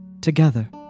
together